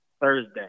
Thursday